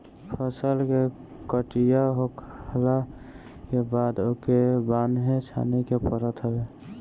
फसल के कटिया होखला के बाद ओके बान्हे छाने के पड़त हवे